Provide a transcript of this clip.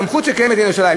סמכות שקיימת לעניין ירושלים.